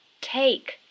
take